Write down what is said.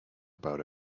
about